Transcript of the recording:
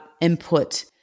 input